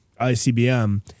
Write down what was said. ICBM